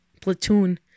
platoon